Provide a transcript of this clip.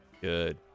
Good